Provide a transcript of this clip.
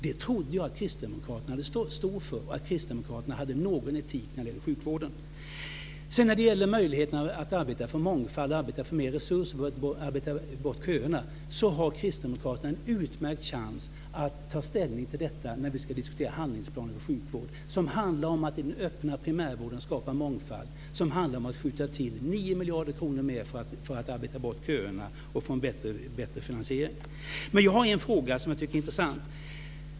Det trodde jag att kristdemokraterna stod för, och jag trodde att kristdemokraterna hade någon etik när det gäller sjukvården. När det gäller möjligheten att arbeta för mångfald och mer resurser och att arbeta bort köerna har kristdemokraterna en utmärkt chans att ta ställning till detta när vi ska diskutera handlingsplaner för sjukvård. Det handlar då om att i den öppna primärvården skapa mångfald och om att man ska skjuta till 9 miljarder kronor mer för att arbeta bort köerna och få en bättre finansiering. Jag har en fråga som jag tycker är intressant.